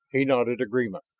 he nodded agreement.